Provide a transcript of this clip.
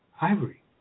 ivory